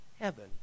heaven